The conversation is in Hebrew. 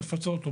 נפצה אותו.